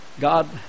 God